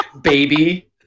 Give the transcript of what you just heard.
baby